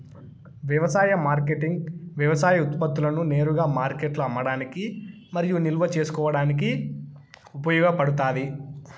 వ్యవసాయ మార్కెటింగ్ వ్యవసాయ ఉత్పత్తులను నేరుగా మార్కెట్లో అమ్మడానికి మరియు నిల్వ చేసుకోవడానికి ఉపయోగపడుతాది